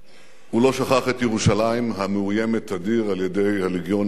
הוא לא שכח את ירושלים המאוימת תדיר על-ידי הלגיון הירדני,